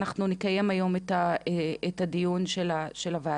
אנחנו נקיים היום את הדיון של הוועדה.